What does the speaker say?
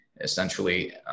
Essentially